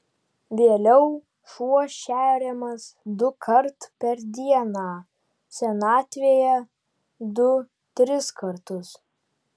vėliau šuo šeriamas dukart per dieną senatvėje du tris kartus